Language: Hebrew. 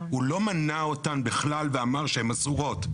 הוא לא מנע אותן בכלל ואמר שהן אסורות.